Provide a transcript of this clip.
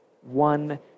one